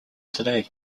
today